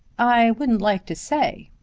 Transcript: i wouldn't like to say.